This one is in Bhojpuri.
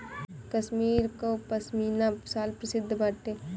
कश्मीर कअ पशमीना शाल प्रसिद्ध बाटे